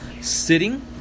sitting